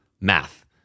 math